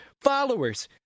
followers